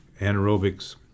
anaerobics